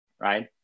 right